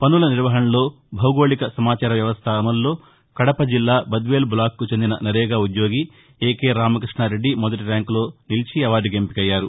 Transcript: పసుల నిర్వహణలో భౌగోళిక సమాచార వ్యవస్థ అమలులో కడప జిల్లా బద్వేల్ బ్లాకుకి చెందిన నరేగా ఉద్యోగి ఏకే రామకృష్ణారెడ్డి మొదటిర్యాంకులో నిలిచి అవార్దుకి ఎంపికయ్యారు